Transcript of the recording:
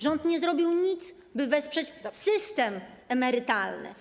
Rząd nie zrobił nic, by wesprzeć system emerytalny.